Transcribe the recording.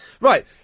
Right